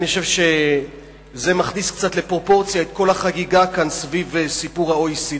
אני חושב שזה מכניס קצת לפרופורציה את כל החגיגה כאן סביב סיפור ה-OECD.